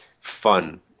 fun